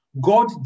God